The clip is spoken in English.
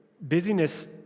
busyness